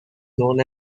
known